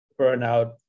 burnout